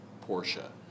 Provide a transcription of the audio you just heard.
Portia